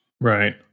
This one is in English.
Right